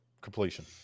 completion